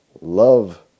Love